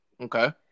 Okay